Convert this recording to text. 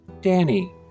Danny